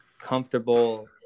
comfortable